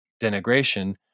denigration